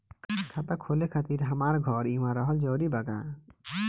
खाता खोले खातिर हमार घर इहवा रहल जरूरी बा का?